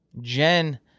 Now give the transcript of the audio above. Jen